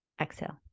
Exhale